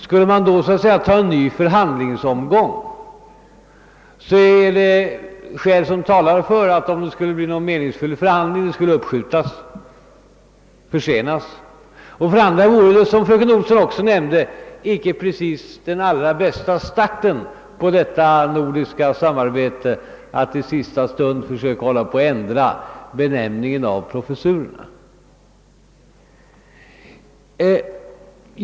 Skulle man nu ta en ny förhandlingsomgång, som verkligen vore meningsfylld, så skulle det hela försenas. Vidare vore det, som fröken Olsson nämnde, inte den allra bästa starten på detta nordiska samarbete att i sista stund försöka ändra benämningen på professurerna.